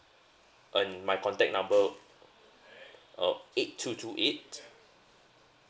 and my contact number uh eight two two eight